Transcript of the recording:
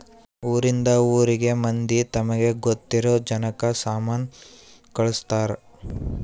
ಊರಿಂದ ಊರಿಗೆ ಮಂದಿ ತಮಗೆ ಗೊತ್ತಿರೊ ಜನಕ್ಕ ಸಾಮನ ಕಳ್ಸ್ತರ್